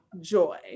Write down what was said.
joy